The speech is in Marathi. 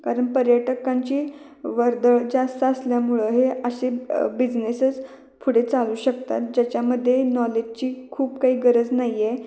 कारण पर्यटकांची वर्दळ जास्त असल्यामुळं हे असे बिजनेसेस पुढे चालू शकतात ज्याच्यामध्ये नॉलेजची खूप काही गरज नाही आहे